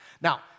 Now